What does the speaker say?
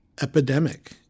epidemic